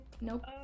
Nope